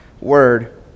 Word